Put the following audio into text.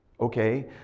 Okay